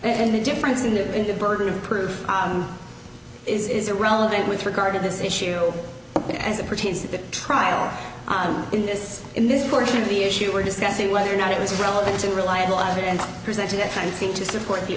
and the difference in that and the burden of proof is irrelevant with regard to this issue as it pertains to the trial on in this in this portion of the issue we're discussing whether or not it was relevant and reliable evidence presented at times to support the